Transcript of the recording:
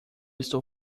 estou